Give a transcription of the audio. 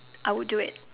I would do it